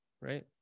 right